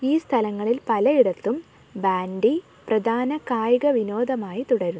ഈ സ്ഥലങ്ങളിൽ പലയിടത്തും ബാൻഡി പ്രധാന കായിക വിനോദമായി തുടരുന്നു